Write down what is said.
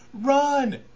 run